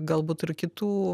galbūt ir kitų